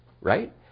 right